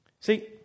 See